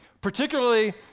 Particularly